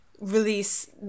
release